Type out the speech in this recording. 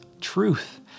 truth